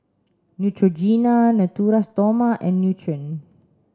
Neutrogena Natura Stoma and Nutren